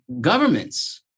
governments